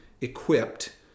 equipped